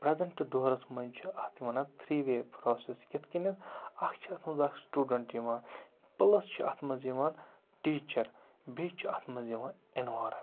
present دورَس منٛز چھِ اَتھ وَنان تھری وے پرٛاسٮ۪س کِتھ کٔنٮ۪تھ اَکھ چھِ اَتھ منٛز اَکھ سٹوٗڈنٛٹ یِوان پٕلَس چھِ اَتھ منٛز یِوان ٹیٖچَر بیٚیہِ چھُ اَتھ منٛز یِوان اٮ۪نوارامٮ۪نٛٹ